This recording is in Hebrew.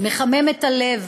מחמם את הלב